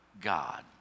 God